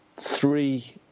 Three